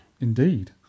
Indeed